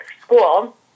school